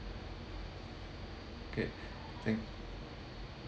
okay thank